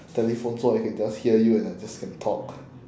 telephone so I can just hear you and I just can talk